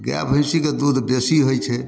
गाय भैंसीके दूध बेसी होइ छै